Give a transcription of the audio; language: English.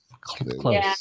close